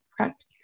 correct